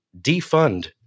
defund